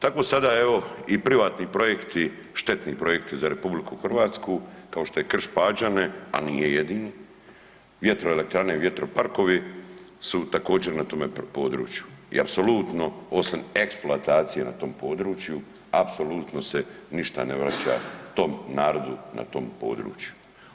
Tako sada evo, i privatni projekti, štetni projekti za RH kao što je Krš-Pađene, a nije jedini, vjetroelektrane, vjetroparkovi, su također, u tome području i apsolutno osim eksploatacije na tom području, apsolutno se ništa ne vraća tom narodu na tom području.